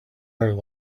out